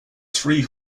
three